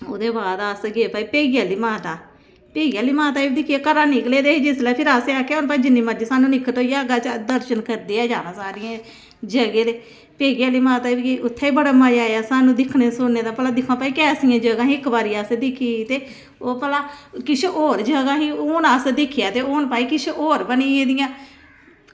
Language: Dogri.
रविवार हा ते अस गे भई ढेही आह्ली माता ढेही माता गी जिसलै अस घरा निकले ते असें आक्खेआ की किन्ने भई अस चिर होई जाह्ग दर्शन करियै जाना ते माता गी इत्थें बड़ा मजा आया सानूं ते असें दिक्खेआ सुनेआ ई कैसियां जगह हियां इक बारी असें दिक्खी दी ते ओह् भला किश होर जगह हियां ते हून भई दिक्खेआ ते किश होर जगह बना जदियां न